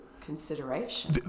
Consideration